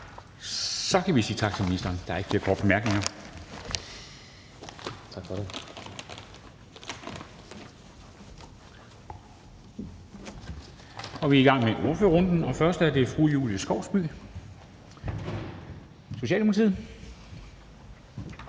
Så kan vi sige tak til ministeren. Der er ikke flere korte bemærkninger. Vi går i gang med ordførerrunden, og det er først fru Julie Skovsby, Socialdemokratiet.